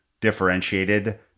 differentiated